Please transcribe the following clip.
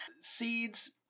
Seeds